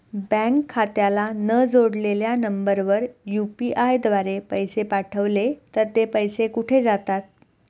Bank खात्याला न जोडलेल्या नंबरवर यु.पी.आय द्वारे पैसे पाठवले तर ते पैसे कुठे जातात?